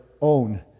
own